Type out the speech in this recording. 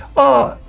ah,